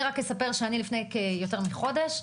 אני רק אספר שאני לפני יותר מחודש,